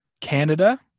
canada